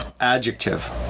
Adjective